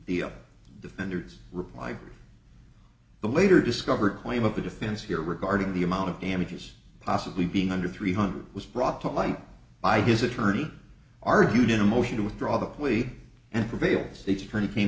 the defenders reply the later discovered point of the defense here regarding the amount of damages possibly being under three hundred was brought to light ideas attorney argued in a motion to withdraw the plea and prevailed state's attorney came